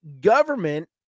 government